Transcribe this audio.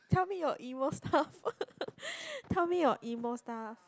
tell me your emo stuff tell me your emo stuff